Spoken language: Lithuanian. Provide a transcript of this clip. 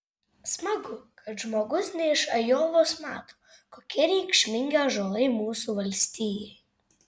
smagu kad žmogus ne iš ajovos mato kokie reikšmingi ąžuolai mūsų valstijai